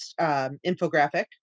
infographic